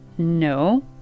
No